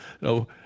No